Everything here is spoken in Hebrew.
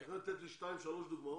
אתה יכול לתת לי שתיים-שלוש דוגמאות?